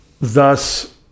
Thus